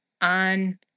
on